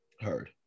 heard